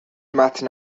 متن